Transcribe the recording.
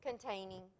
containing